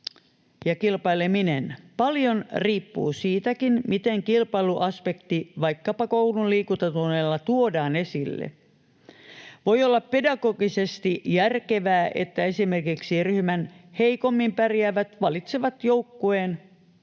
asia. Paljon riippuu siitäkin, miten kilpailuaspekti vaikkapa koulun liikuntatunneilla tuodaan esille. Voi olla pedagogisesti järkevää, että esimerkiksi ryhmän heikommin pärjäävät valitsevat joukkueet